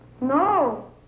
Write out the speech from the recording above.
No